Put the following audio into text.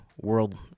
world